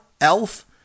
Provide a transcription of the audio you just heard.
Elf